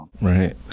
Right